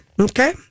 Okay